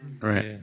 Right